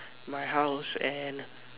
my house and